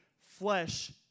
flesh